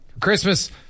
Christmas